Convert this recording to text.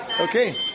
Okay